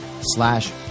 slash